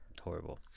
horrible